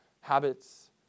habits